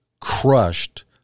crushed